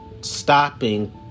stopping